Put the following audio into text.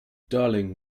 darling